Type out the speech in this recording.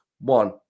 one